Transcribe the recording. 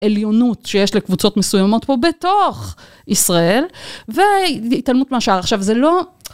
עליונות שיש לקבוצות מסוימות פה בתוך ישראל והתעלמות מהשאר. עכשיו, זה לא